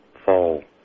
fall